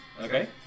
Okay